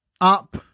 Up